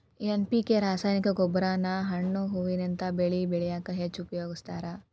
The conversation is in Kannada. ಎನ್.ಪಿ.ಕೆ ರಾಸಾಯನಿಕ ಗೊಬ್ಬರಾನ ಹಣ್ಣು ಹೂವಿನಂತ ಬೆಳಿ ಬೆಳ್ಯಾಕ ಹೆಚ್ಚ್ ಉಪಯೋಗಸ್ತಾರ